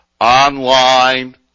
online